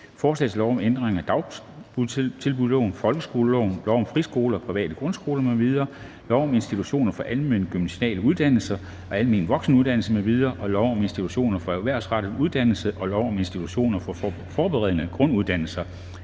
Forslag til lov om ændring af dagtilbudsloven, folkeskoleloven, lov om friskoler og private grundskoler m.v., lov om institutioner for almengymnasiale uddannelser og almen voksenuddannelse m.v., lov om institutioner for erhvervsrettet uddannelse og lov om institutioner for forberedende grunduddannelse.